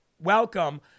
welcome